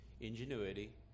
ingenuity